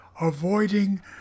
avoiding